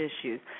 issues